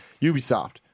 Ubisoft